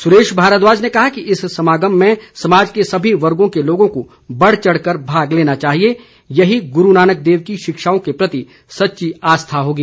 सुरेश भारद्वाज ने कहा कि इस समागम में समाज के सभी वर्गों के लोगों को बढ़ चढ़कर भाग लेना चाहिए यही गुरू नानक देव की शिक्षाओं के प्रति सच्ची आस्था होगी